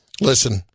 Listen